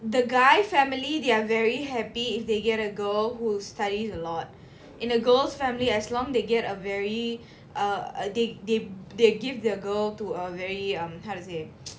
the guy family they are very happy if they get a girl who studies a lot in a girl's family as long they get a very uh they they they give their girl to a very um how to say